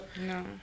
No